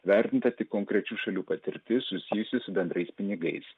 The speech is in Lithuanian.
vertinta tik konkrečių šalių patirtis susijusi su bendrais pinigais